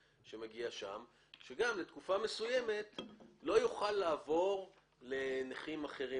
שגם תקופה מסוימת לא יוכל לעבור לנכים אחרים